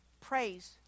praise